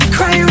Cry